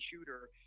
shooter